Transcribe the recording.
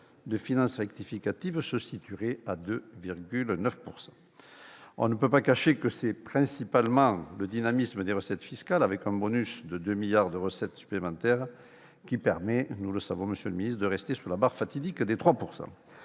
de finances rectificative se situerait à 2,9 %. On ne peut pas cacher que c'est principalement le dynamisme des recettes fiscales, avec un bonus de 2 milliards d'euros de recettes supplémentaires, qui permet de rester sous la barre fatidique des 3 %.